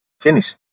Finish